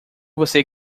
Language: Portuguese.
você